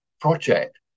project